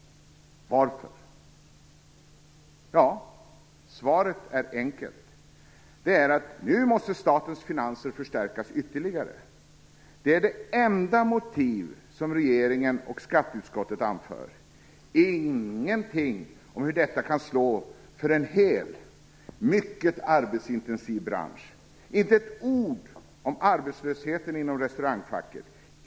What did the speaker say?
Varför? Svaret är enkelt: Nu måste statens finanser förstärkas ytterligare. Det är det enda motiv som regeringen och skatteutskottet anför. Det står ingenting om hur detta kan slå för en hel, mycket arbetsintensiv bransch! Inte ett ord om arbetslösheten inom restaurangfacket!